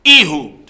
Ehud